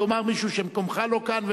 יאמר מישהו שמקומך לא כאן,